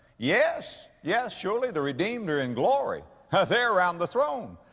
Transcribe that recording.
yes, yes surely the redeemed are in glory, huh, there around the throne.